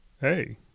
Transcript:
hey